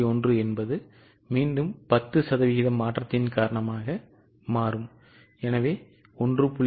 1 என்பது மீண்டும் 10 சதவிகிதம் மாற்றத்தின் காரணமாக மாறும் எனவே 1